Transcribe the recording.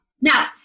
Now